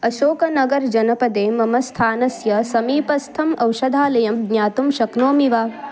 अशोकनगर् जनपदे मम स्थानस्य समीपस्थम् औषधालयं ज्ञातुं शक्नोमि वा